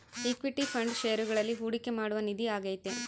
equity fund ಷೇರುಗಳಲ್ಲಿ ಹೂಡಿಕೆ ಮಾಡುವ ನಿಧಿ ಆಗೈತೆ